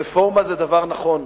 רפורמה זה דבר נכון,